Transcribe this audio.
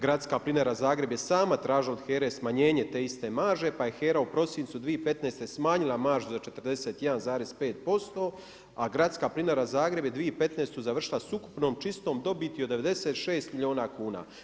Gradska plinara Zagreb je sama tražila od HERA-e smanjenje te iste marže, pa je HERA u prosincu 2015. smanjila maržu za 41,5% a Gradska plinara Zagreb je 2015. završila sa ukupnom čistom dobiti od 96 milijuna kuna.